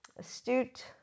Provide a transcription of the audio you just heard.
Astute